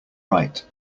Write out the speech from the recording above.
right